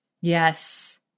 Yes